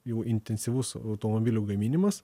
jau intensyvus automobilių gaminimas